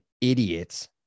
idiots